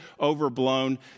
overblown